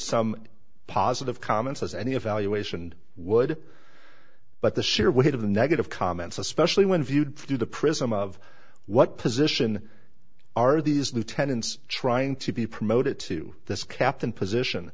some positive comments as any evaluation would but the sheer weight of the negative comments especially when viewed through the prism of what position are these lieutenants trying to be promoted to this captain position